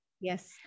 Yes